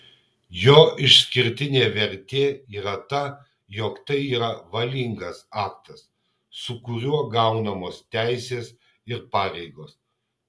jo išskirtinė vertė yra ta jog tai yra valingas aktas su kuriuo gaunamos teisės ir pareigos